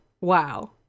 wow